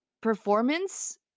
performance